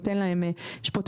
נותן להם תעודה,